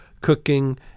Cooking